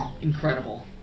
incredible